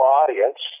audience